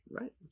right